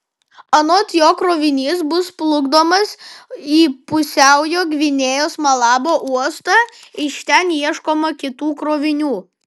anot jo krovinys bus plukdomas į pusiaujo gvinėjos malabo uostą iš ten ieškoma kitų krovinių